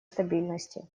стабильности